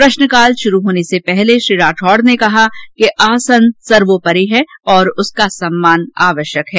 प्रश्नकाल शुरू होने से पहले श्री राठौड ने कहा कि आसन सर्वोपरि है और उसका सम्मान आवश्यक है